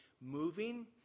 moving